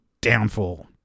downfall